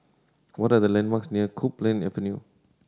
what are the landmarks near Copeland Avenue